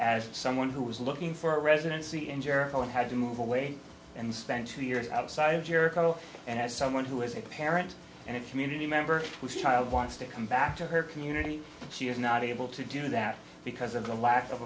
as someone who was looking for residency in jericho and had to move away and spent two years outside of jericho and as someone who is a parent and it community member whose child wants to come back to her community she is not able to do that because of the lack of